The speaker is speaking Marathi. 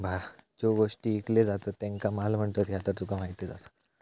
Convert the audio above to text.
ज्यो गोष्टी ईकले जातत त्येंका माल म्हणतत, ह्या तर तुका माहीतच आसा